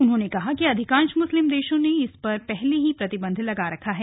उन्होंने कहा कि अधिकांश मुस्लिम देशों ने इस पर पहले ही प्रतिबंध लगा रखा है